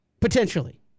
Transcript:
potentially